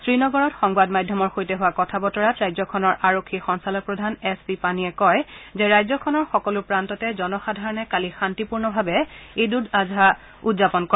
শ্ৰীনগৰত সংবাদ মাধ্যমৰ সৈতে হোৱা কথা বতৰাত ৰাজ্যখনৰ আৰক্ষী সঞ্চালক প্ৰধান এছ পি পানীয়ে কয় যে ৰাজ্যখনৰ সকলো প্ৰান্ততে জনসাধাৰণে কালি শান্তিপূৰ্ণভাৱে ঈদ উল আজহা উদযাপন কৰে